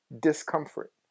discomfort